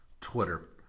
Twitter